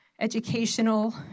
educational